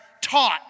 taught